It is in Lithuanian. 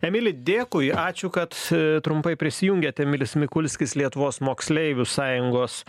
emili dėkui ačiū kad trumpai prisijungėt emilis mikulskis lietuvos moksleivių sąjungos